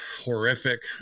horrific